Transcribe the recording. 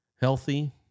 healthy